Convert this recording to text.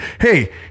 Hey